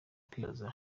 kwibaza